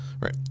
Right